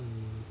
mm